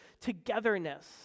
togetherness